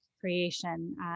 creation